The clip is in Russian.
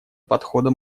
подхода